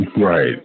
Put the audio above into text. Right